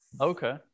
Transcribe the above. okay